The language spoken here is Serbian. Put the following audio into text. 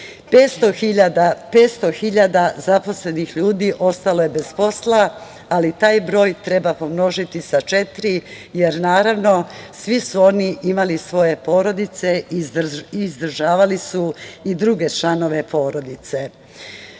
hiljada zaposlenih ljudi ostalo je bez posla, ali taj broj treba pomnožiti sa četiri, jer naravno svi su oni imali svoje porodice i izdržavali su i druge članove porodice. Što